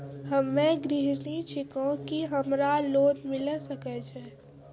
हम्मे गृहिणी छिकौं, की हमरा लोन मिले सकय छै?